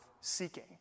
seeking